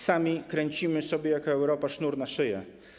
Sami kręcimy sobie jako Europa sznur na szyję.